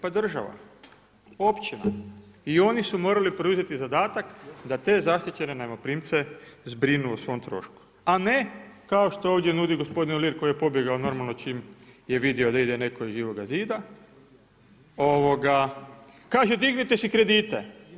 Pa država, općina i oni su morali preuzeti zadatak da te zaštićene najmoprimce zbrinu o svom trošku, a ne kao što ovdje nudi gospodin Uhlir koji je pobjegao normalno čim je vidio da ide neko iz Živoga zida, kaže dignite se kredite.